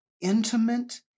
intimate